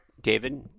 David